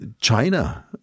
China